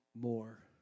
more